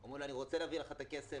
הם אומרים: אני רוצה להביא לך את הכסף,